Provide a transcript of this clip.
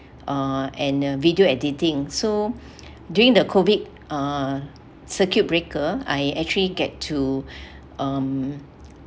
uh and uh video editing so during the COVID uh circuit breaker I actually get to um